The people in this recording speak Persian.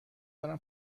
دارم